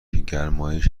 گرمایش